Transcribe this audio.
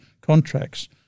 contracts